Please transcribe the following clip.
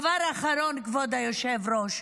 דבר אחרון, כבוד היושב-ראש.